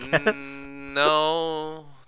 No